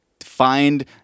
find